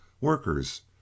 workers